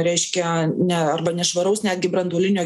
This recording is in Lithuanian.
reiškia ne arba nešvaraus netgi branduolinio